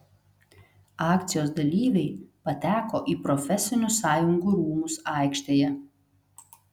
akcijos dalyviai pateko į profesinių sąjungų rūmus aikštėje